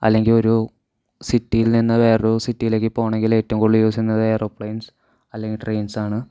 അല്ലെങ്കിൽ ഒരു സിറ്റിയിൽ നിന്ന് വേറൊരു സിറ്റിയിലേക്ക് പോവണമെങ്കിൽ ഏറ്റവും കൂടുതൽ യൂസ് ചെയ്യുന്നത് ഏറോപ്ലെയിൻസ് അല്ലെങ്കിൽ ട്രെയിൻസാണ്